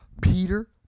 Peter